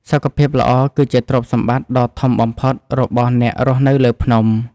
សុខភាពល្អគឺជាទ្រព្យសម្បត្តិដ៏ធំបំផុតរបស់អ្នករស់នៅលើភ្នំ។